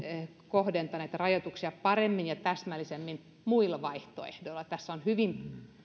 kohdentaa näitä rajoituksia paremmin ja täsmällisemmin muilla vaihtoehdoilla tässä on hyvin